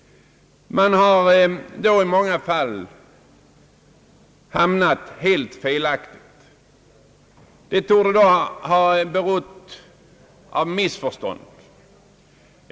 Man har därvid i många fall hamnat i rent felaktiga betyg. Detta torde dock ha berott av missförstånd.